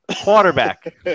Quarterback